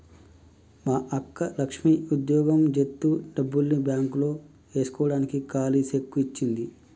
మా అక్క లక్ష్మి ఉద్యోగం జేత్తు డబ్బుల్ని బాంక్ లో ఏస్కోడానికి కాలీ సెక్కు ఇచ్చింది